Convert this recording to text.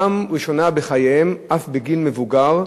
פעם ראשונה בחייהם, אף בגיל מבוגר,